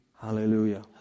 Hallelujah